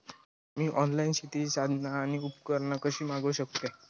मी online शेतीची साधना आणि उपकरणा कशी मागव शकतय?